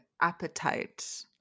appetite